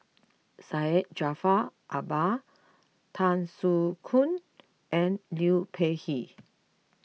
Syed Jaafar Albar Tan Soo Khoon and Liu Peihe